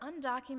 undocumented